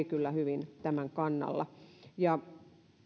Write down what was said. kyllä tämän kannalla